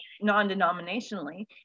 non-denominationally